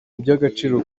iby’agaciro